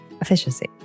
efficiency